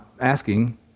asking